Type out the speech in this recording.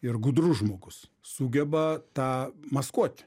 ir gudrus žmogus sugeba tą maskuoti